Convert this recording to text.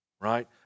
right